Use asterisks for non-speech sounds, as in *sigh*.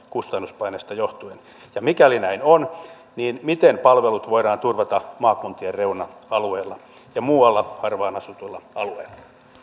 *unintelligible* kustannuspaineista johtuen ja mikäli näin on niin miten palvelut voidaan turvata maakuntien reuna alueilla ja muilla harvaan asutuilla alueilla